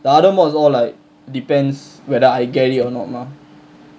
the other mods all like depends whether I get it or not mah